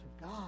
God